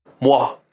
Moi